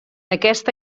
aquesta